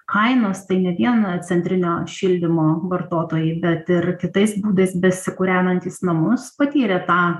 kainos tai ne vien centrinio šildymo vartotojai bet ir kitais būdais besikūrenantys namus patyrė tą